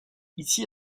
ici